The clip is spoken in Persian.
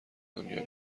دنیا